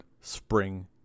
spring